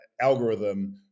algorithm